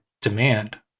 demand